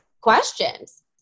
questions